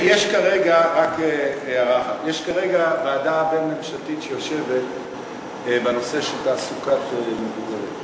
רק הערה אחת: יש כרגע ועדה ממשלתית שדנה בנושא של תעסוקת מבוגרים.